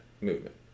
Movement